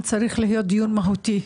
צריך להיות דיון מהותי,